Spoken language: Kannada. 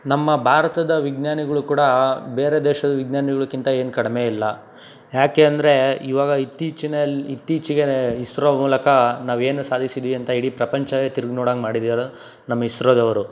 ನಮ್ಮ ಭಾರತದ ವಿಜ್ಞಾನಿಗಳು ಕೂಡ ಬೇರೆ ದೇಶದ ವಿಜ್ಞಾನಿಗಳ್ಗಿಂತ ಏನೂ ಕಡಿಮೆ ಇಲ್ಲ ಯಾಕೆ ಅಂದರೆ ಇವಾಗ ಇತ್ತೀಚಿನ ಇತ್ತೀಚೆಗೆ ಇಸ್ರೋ ಮೂಲಕ ನಾವು ಏನು ಸಾಧಿಸಿದ್ವಿ ಅಂತ ಇಡೀ ಪ್ರಪಂಚವೇ ತಿರ್ಗಿ ನೋಡಂಗೆ ಮಾಡಿದ್ದು ಯಾರು ನಮ್ಮ ಇಸ್ರೋದವರು